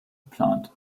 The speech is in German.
geplant